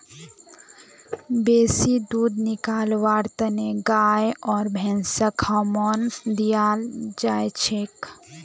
बेसी दूध निकलव्वार तने गाय आर भैंसक हार्मोन दियाल जाछेक